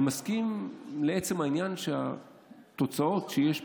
אני מסכים לעצם העניין שהתוצאות שיש פה,